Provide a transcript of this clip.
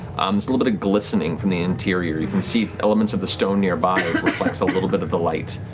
a little bit of glistening from the interior. you can see elements of the stone nearby reflects a little bit of the light.